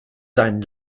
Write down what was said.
seinen